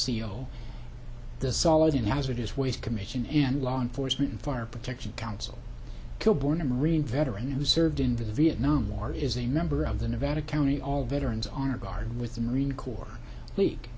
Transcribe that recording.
seal the solid and hazardous waste commission in law enforcement and fire protection council kilborne a marine veteran who served in the vietnam war is a member of the nevada county all veterans honor guard with the marine corps